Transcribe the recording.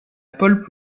pole